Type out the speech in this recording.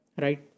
Right